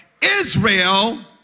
Israel